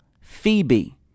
Phoebe